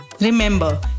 Remember